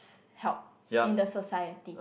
help in the society